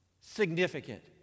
significant